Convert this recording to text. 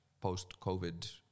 post-COVID